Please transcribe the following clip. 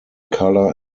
color